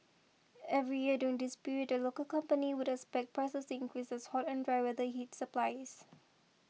every year during this period the local company would expect prices increase as hot and dry weather hits supplies